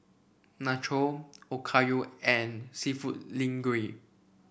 Nacho Okayu and seafood Linguine